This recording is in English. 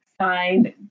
signed